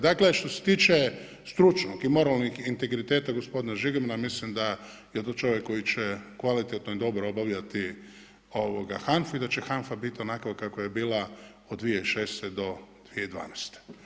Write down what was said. Dakle, što se tiče stručnog i moralnog integriteta gospodina Žigmana, mislim da je to čovjek koji će kvalitetno i dobro obavljati HANFA-u i da će HANFA biti onakva kakva je bila od 2006.-2012.